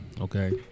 Okay